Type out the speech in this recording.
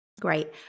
great